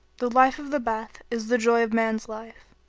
the life of the bath is the joy of man's life,